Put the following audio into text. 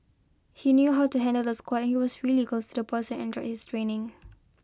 he knew how to handle the squad and he was really close to the boys enjoyed his training